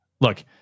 Look